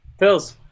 Phils